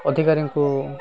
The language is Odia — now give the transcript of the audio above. ଅଧିକାରୀଙ୍କୁ